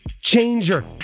changer